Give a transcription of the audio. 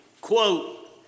quote